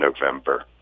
November